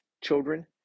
children